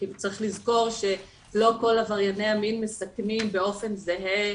צריך לזכור שלא כל עברייני המין מסכנים קטינים באופן זהה,